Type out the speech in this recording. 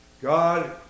God